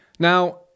Now